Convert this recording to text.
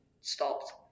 stopped